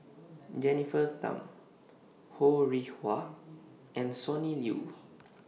Jennifer Tham Ho Rih Hwa and Sonny Liew